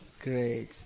great